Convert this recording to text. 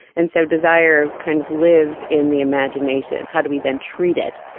and so desire kind of lives in the imagination. how do we then treat it?